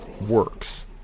works